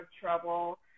trouble